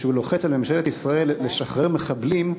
כשהוא לוחץ על ממשלת ישראל לשחרר מחבלים,